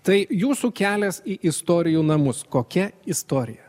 tai jūsų kelias į istorijų namus kokia istorija